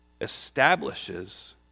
establishes